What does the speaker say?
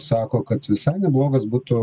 sako kad visai neblogas būtų